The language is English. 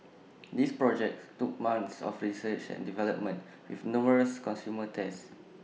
these projects took months of research and development with numerous consumer tests